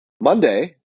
Monday